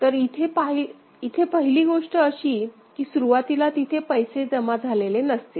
तर इथे पहिली गोष्ट अशी की सुरुवातीला तिथे पैसे जमा झालेले नसतील